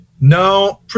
No